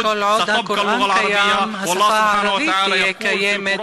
וכל עוד הקוראן קיים השפה הערבית תהיה קיימת.